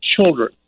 children